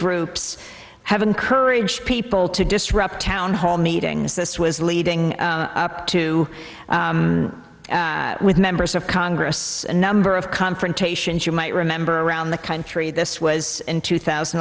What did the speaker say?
groups have encouraged people to disrupt town hall meetings this was leading up to with members of congress a number of confrontations you might remember around the country this was in two thousand